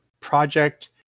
project